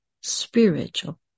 spiritual